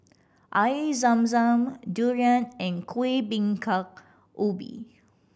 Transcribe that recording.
eye zam zam durian and Kueh Bingka Ubi